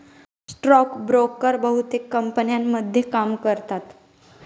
stock broker बहुतेक कंपन्यांमध्ये काम करतात